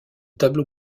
tableau